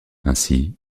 ainsi